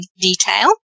detail